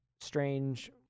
strange